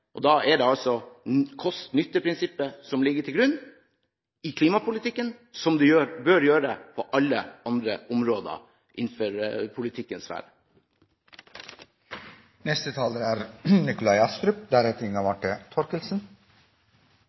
Da er det altså kost–nytte-prinsippet som bør ligge til grunn i klimapolitikken, som det bør gjøre på alle andre områder innenfor politikkens sfære. Statsråden trives godt med å reise utenlands. Det er